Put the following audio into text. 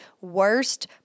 worst